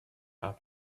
out